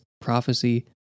prophecy